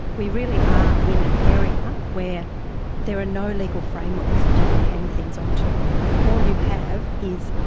we really are in an area where there are no legal frameworks that you can hang things on to all you have is,